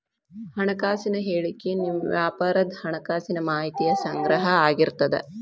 ಹಣಕಾಸಿನ ಹೇಳಿಕಿ ನಿಮ್ಮ ವ್ಯಾಪಾರದ್ ಹಣಕಾಸಿನ ಮಾಹಿತಿಯ ಸಂಗ್ರಹ ಆಗಿರ್ತದ